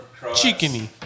chickeny